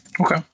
Okay